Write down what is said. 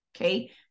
Okay